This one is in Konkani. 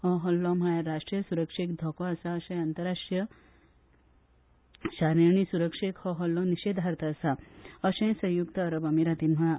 हो हल्लो म्हळ्यार राष्ट्रीय सुरक्षेक धोको आसा तशेंच आंतरराष्ट्रीय शांती आनी सुरक्षेक हो हल्लो निशेधार्था आसा अशेंय संयुक्त अरब अमिरातान म्हळां